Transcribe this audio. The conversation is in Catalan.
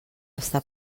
està